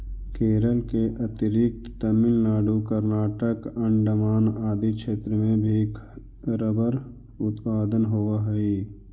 केरल के अतिरिक्त तमिलनाडु, कर्नाटक, अण्डमान आदि क्षेत्र में भी रबर उत्पादन होवऽ हइ